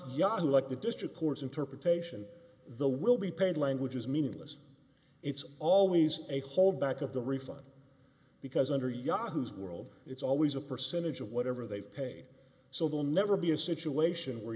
yahoo like the district court's interpretation the will be paid language is meaningless it's always a hold back of the refund because under yahoo's world it's always a percentage of whatever they've paid so they'll never be a